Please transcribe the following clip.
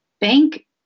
bank